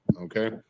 Okay